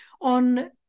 On